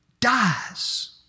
Dies